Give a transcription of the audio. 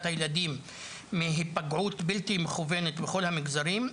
הילדים מהיפגעות בלתי מכוונת בכל המגזרים,